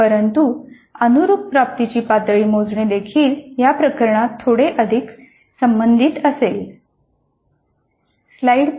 परंतु अनुरुप प्राप्तीची पातळी मोजणे देखील या प्रकरणात थोडे अधिक संबंधित असेल